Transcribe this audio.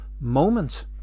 moment